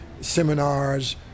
seminars